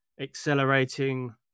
accelerating